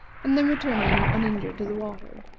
and then returning them uninjured to the water.